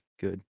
good